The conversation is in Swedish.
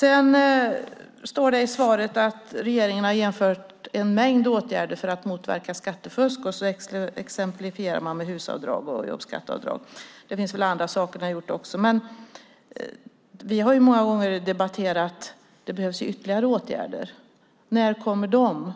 Det står i svaret att regeringen har genomfört en mängd åtgärder för att motverka skattefusk. Man exemplifierar med HUS-avdrag och jobbskatteavdrag. Det finns även andra saker som gjorts. Men vi har många gånger debatterat att det behövs ytterligare åtgärder. När kommer de?